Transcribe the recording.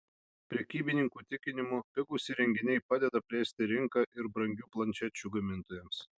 prekybininkų tikinimu pigūs įrenginiai padeda plėsti rinką ir brangių planšečių gamintojams